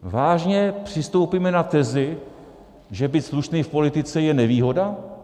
Vážně přistoupíme na tezi, že být slušný v politice je nevýhoda?